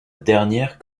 dernière